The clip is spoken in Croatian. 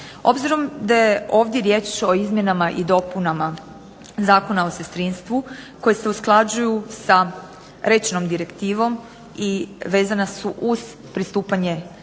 Obzirom da je ovdje riječ o izmjenama i dopunama Zakona o sestrinstvu, koji se usklađuju sa rečenom direktivom i vezana su uz pristupanje Hrvatske